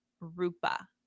rupa